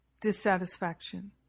dissatisfaction